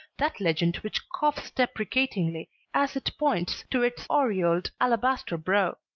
that legend which coughs deprecatingly as it points to its aureoled alabaster brow.